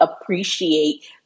appreciate